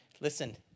Listen